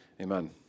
Amen